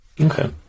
Okay